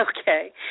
Okay